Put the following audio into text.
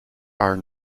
are